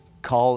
Call